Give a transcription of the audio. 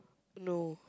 no